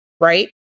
Right